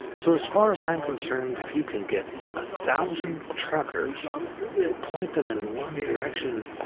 so as far as i'm concerned, if you can get a thousand truckers and point them in one direction